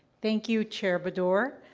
thank you, chair baddour.